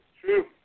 true